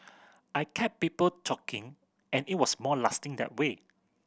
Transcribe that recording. I kept people talking and it was more lasting that way